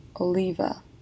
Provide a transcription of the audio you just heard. Oliva